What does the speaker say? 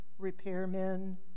repairmen